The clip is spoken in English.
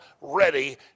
ready